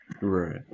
Right